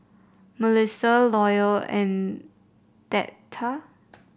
Mellissa Loyal and Theta